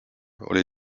oli